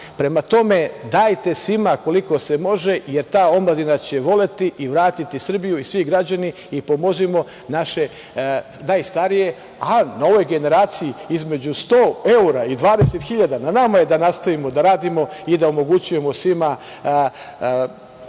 ćemo? Prema tome, dajte svima koliko se može, jer ta omladina će voleti i vratiti Srbiju i svi građani i pomozimo naše najstarije, a novoj generaciji između 100 evra i 20.000, na nama je da nastavimo da radimo i da omogućujemo svima